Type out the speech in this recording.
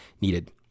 needed